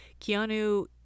Keanu